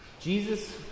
Jesus